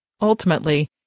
Ultimately